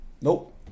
Nope